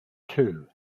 two